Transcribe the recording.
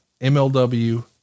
MLW